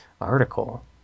article